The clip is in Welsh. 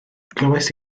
glywais